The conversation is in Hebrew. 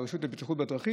הרשות לבטיחות בדרכים,